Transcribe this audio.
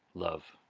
love.